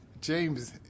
James